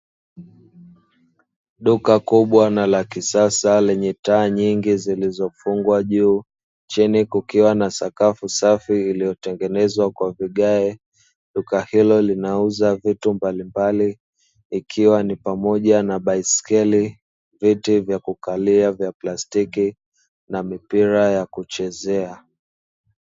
Duka kubwa na la kisasa lenye taa nyingi zilizofungwa juu, chini kukiwa na sakafu safi iliyotengenezwa kwa vigae, duka hilo linauza vitu mbalimbali ikiwa ni pamoja na: baiskeli, viti vya kukalia vya plastiki na mipira ya kuchezea.